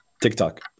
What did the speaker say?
TikTok